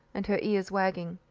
and her ears wagging.